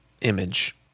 image